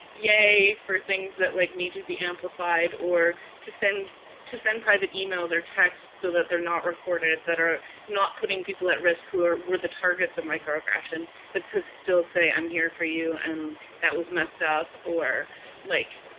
yay, for things that like need to to be amplified or to send to send private emails or texts so that they're not recorded, that are not putting people at risk who are the targets of microaggression, but to still say, i'm here for you, and that was messed up, or like,